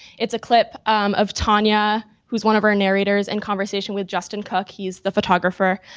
it's a clip of tanya, who's one of our narrators and conversation with justin cooke. he's the photographer,